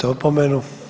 opomenu.